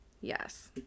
Yes